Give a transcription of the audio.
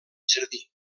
jardí